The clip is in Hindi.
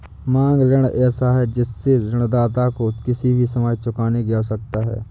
मांग ऋण ऐसा है जिससे ऋणदाता को किसी भी समय चुकाने की आवश्यकता है